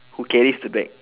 who carries the bag